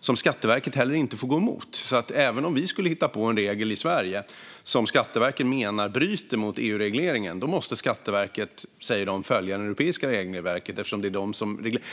som Skatteverket inte heller få gå emot. Även om vi skulle hitta på en regel i Sverige som Skatteverket menar bryter mot EU-regleringen säger Skatteverket att det måste följa det europeiska regelverket.